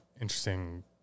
interesting